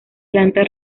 planta